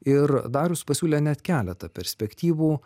ir darius pasiūlė net keletą perspektyvų